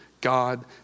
God